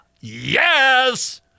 yes